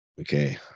Okay